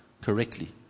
correctly